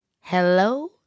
hello